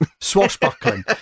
Swashbuckling